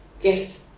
Yes